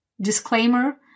Disclaimer